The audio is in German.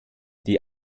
die